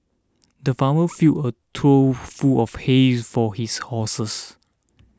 the farmer filled a tool full of hay for his horses